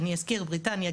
ואני אזכיר אותן: בריטניה,